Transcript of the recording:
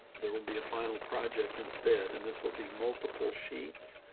there will be a final project instead, and this will be multiple sheets.